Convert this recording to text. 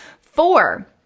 Four